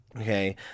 Okay